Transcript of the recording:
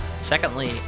Secondly